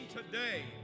today